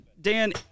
Dan